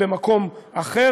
במקום אחר.